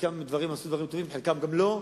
חלקם עשו דברים טובים, חלקם לא,